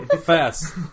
Fast